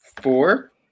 four